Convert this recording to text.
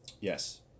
Yes